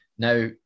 Now